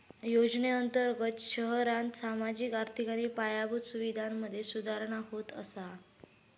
योजनेअंर्तगत शहरांत सामाजिक, आर्थिक आणि पायाभूत सुवीधांमधे सुधारणा होत असा